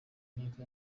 myaka